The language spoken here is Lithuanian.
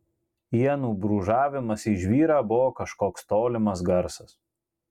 ienų brūžavimas į žvyrą buvo kažkoks tolimas garsas